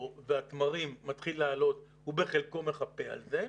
והתמרים מתחיל לעלות והוא בחלקו מחפה על זה.